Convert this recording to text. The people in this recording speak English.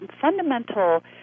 fundamental